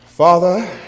Father